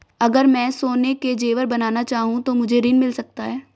अगर मैं सोने के ज़ेवर बनाना चाहूं तो मुझे ऋण मिल सकता है?